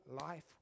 life